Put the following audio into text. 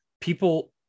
people